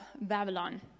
Babylon